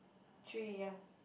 three ya